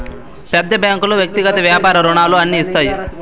పెద్ద బ్యాంకులు వ్యక్తిగత వ్యాపార రుణాలు అన్ని ఇస్తాయి